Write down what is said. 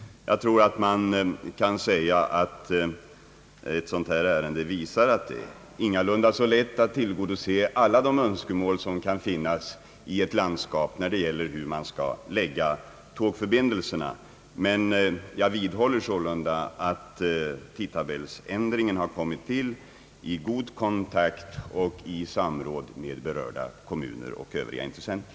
Jag tror att man kan säga att ett sådant här ärende visar att det är ingalunda så lätt att tillgodose alla de önskemål som kan finnas i ett landskap när det gäller hur man skall lägga tågförbindelserna. Jag vidhåller sålunda att tidtabellsändringen har kommit till i god kontakt och i samråd med berörda kommuner och övriga intressenter.